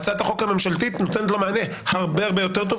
הצעת החוק הממשלתית נותנת לו מענה הרבה יותר טוב.